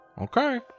Okay